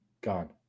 Gone